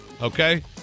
Okay